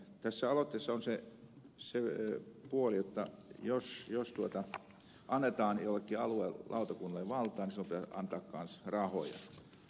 tässä aloitteessa on se puoli jotta jos annetaan jollekin aluelautakunnalle valtaa niin silloin pitäisi antaa kanssa rahoja